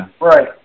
Right